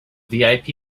vip